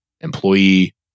employee